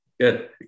Good